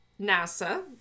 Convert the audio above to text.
NASA